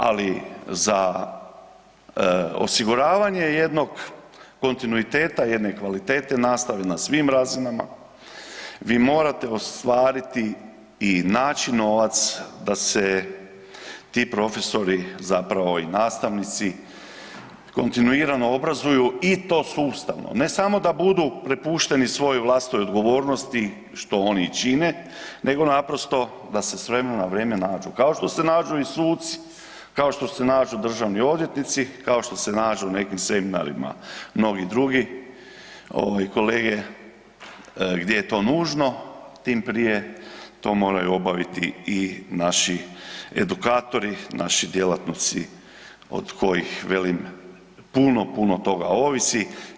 Ali za osiguravanje jednog kontinuiteta jedne kvalitete nastave na svim razinama vi morate ostvariti i naći novac da se ti profesori zapravo i nastavnici kontinuirano obrazuju i to sustavno, ne samo da budu prepušteni svojoj vlastitoj odgovornosti što oni i čine nego naprosto da se s vremena na vrijeme nađu kao što se nađu i suci, kao što se nađu i državni odvjetnici, kao što se nađu u nekim seminarima mnogi drugi kolege gdje je to nužno, tim prije to moraju obaviti i naši edukatori, naši djelatnici od kojih velim puno, puno toga ovisi.